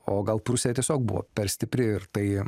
o gal prūsija tiesiog buvo per stipri ir tai